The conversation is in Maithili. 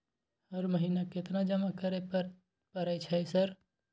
हर महीना केतना जमा करे परय छै सर?